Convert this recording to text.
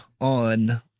on